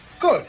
Good